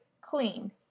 clean